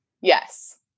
Yes